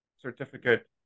certificate